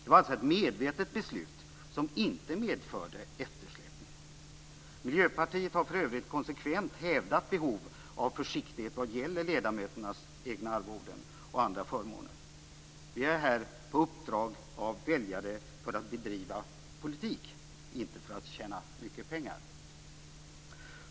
Det var alltså ett medvetet beslut som inte medförde eftersläpning. Miljöpartiet har för övrigt konsekvent hävdat behovet av försiktighet vad gäller ledamöternas egna arvoden och andra förmåner.